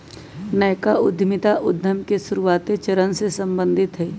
नयका उद्यमिता उद्यम के शुरुआते चरण से सम्बंधित हइ